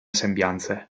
sembianze